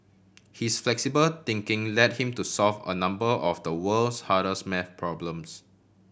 his flexible thinking led him to solve a number of the world's hardest math problems